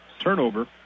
turnover